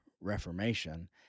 Reformation